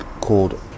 called